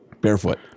Barefoot